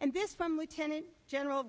and there's some lieutenant general